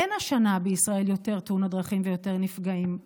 אין השנה בישראל יותר תאונות ויותר נפגעים,